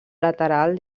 lateral